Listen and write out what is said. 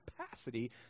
capacity